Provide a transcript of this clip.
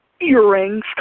earrings